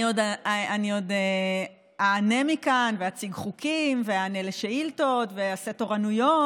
אני עוד אענה מכאן ואציג חוקים ואענה על שאילתות ואעשה תורנויות,